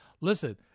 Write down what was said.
listen